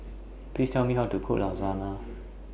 Please Tell Me How to Cook Lasagna